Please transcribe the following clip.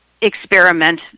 Experiment